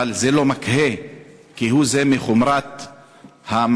אבל זה לא מקהה כהוא-זה את חומרת המעצר.